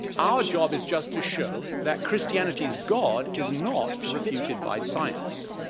our job is just to show that christianity's god is not refuted by science.